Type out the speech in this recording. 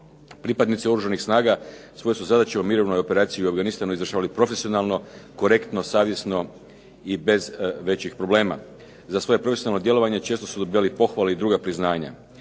Pripadnici Oružanih snaga svoje su zadaće u mirovnoj operaciji u Afganistanu izvršavali profesionalno, korektno, savjesno i bez većih problema. Za svoje profesionalno djelovanje često su dobivali pohvale i druga priznanja.